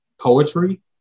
poetry